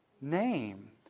name